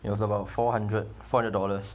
it was about four hundred four hundred dollars